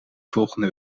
volgende